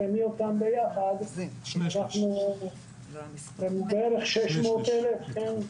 בידוד ובגן יש 81,000. בעיקרון הם מחלימים כמובן.